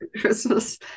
Christmas